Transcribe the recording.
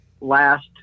last